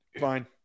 Fine